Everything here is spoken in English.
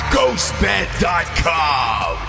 GhostBed.com